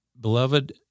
beloved